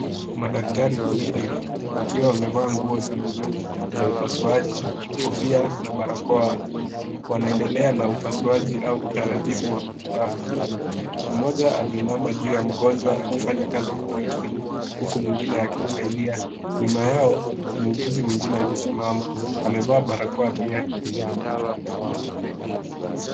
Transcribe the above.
Madaktari wawili wakiwa wamevaa nguo za bluu za upasuaji, kofia na barakoa, wanaendelea na upasuaji au utaratibu wa matibabu, mmoja ameinama juu ya mgonjwa akifanya kazi kwa makini huku mwingine akimsaidia, nyuma yao muuguzi mwingine amesema, amevaa barakoa pia.